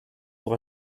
pour